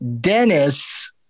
Dennis